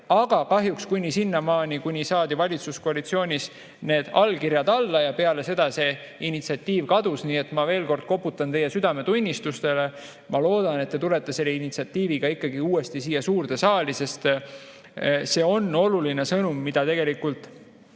Aga kahjuks vaid kuni sinnamaani, kuni saadi valitsuskoalitsioonis need allkirjad alla. Peale seda see initsiatiiv kadus. Nii et ma veel kord koputan teie südametunnistusele. Ma loodan, et te tulete selle initsiatiiviga ikkagi uuesti siia suurde saali, sest see on oluline sõnum, mida tegelikult